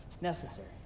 necessary